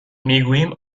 میگوییم